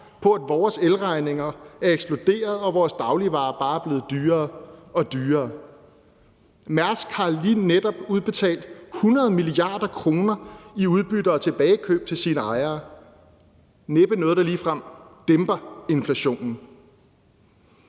på, at vores elregninger er eksploderet, og at vores dagligvarer bare er blevet dyrere og dyrere. Mærsk har lige netop udbetalt 100 mia. kr. i udbytter og tilbagekøb til sine ejere. Det er næppe noget, der ligefrem dæmper inflationen.